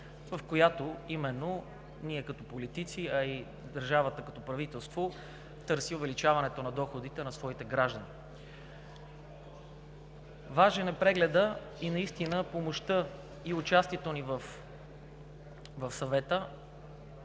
в която именно ние като политици, а и държавата като правителство търси увеличаването на доходите на своите граждани. Важен е прегледът. Наистина помощта и участието ни в Съвета